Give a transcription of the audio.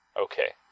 Okay